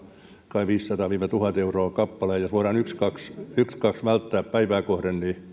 kai viisisataa viiva tuhat euroa kappale jos voidaan yksi kaksi välttää päivää kohden niin